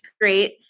great